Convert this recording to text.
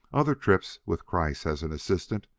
other trips, with kreiss as an assistant,